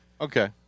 Okay